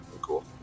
cool